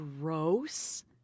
gross